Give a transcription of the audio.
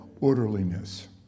orderliness